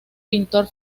pintor